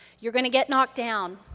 you're gonna get knocked down.